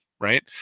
right